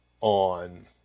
on